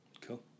Cool